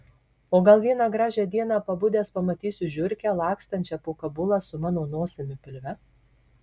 o gal vieną gražią dieną pabudęs pamatysiu žiurkę lakstančią po kabulą su mano nosimi pilve